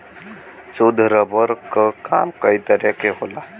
शुद्ध रबर क काम कई तरे क होला